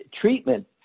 treatment